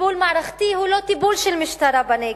טיפול מערכתי הוא לא טיפול של משטרה בנגב.